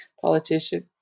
politician